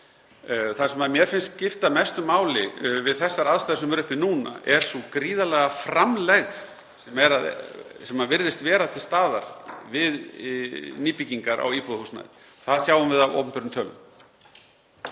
Það sem mér finnst skipta mestu máli við þessar aðstæður sem eru uppi núna er sú gríðarlega framlegð sem virðist vera til staðar við nýbyggingar á íbúðarhúsnæði. Það sjáum við af opinberum tölum.